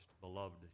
beloved